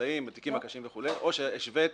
באמצעים בתיקים הקשים וכולי, או שהשווית